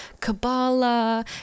Kabbalah